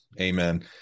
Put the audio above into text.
amen